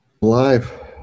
live